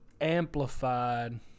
amplified